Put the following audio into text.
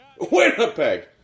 Winnipeg